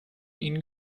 ihnen